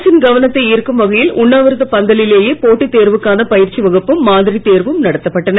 அரசின் கவனத்தை ஈர்க்கும் வகையில் உண்ணாவிரதப் பந்தலிலேயே போட்டித் தேர்வுக்கான பயிற்சி வகுப்பும் மாதிரித் தேர்வும் நடத்தப்பட்டன